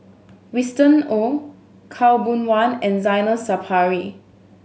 Winston Oh Khaw Boon Wan and Zainal Sapari